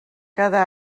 cada